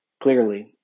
clearly